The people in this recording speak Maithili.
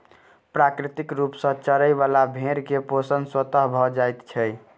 प्राकृतिक रूप सॅ चरय बला भेंड़ के पोषण स्वतः भ जाइत छै